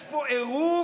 יש פה עירוב